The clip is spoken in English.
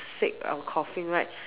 uh sick or coughing right